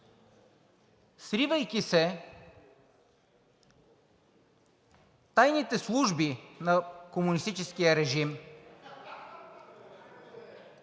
Сривайки се, тайните служби на комунистическия режим